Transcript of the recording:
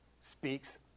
speaks